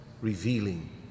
revealing